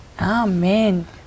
amen